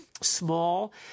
small